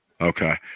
Okay